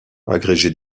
agrégé